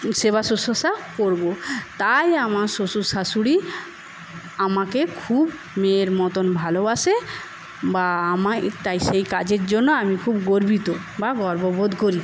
সেবা শুশ্রূষা করবো তাই আমার শ্বশুর শাশুড়ি আমাকে খুব মেয়ের মতন ভালোবাসে বা আমায় সেই কাজের জন্য খুব গর্বিত বা গর্ববোধ করি